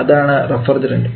അതാണ് റഫ്രിജറൻറ്